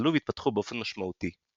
השתכללו והתפתחו באופן משמעותי.